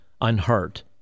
unhurt